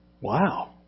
Wow